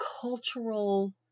cultural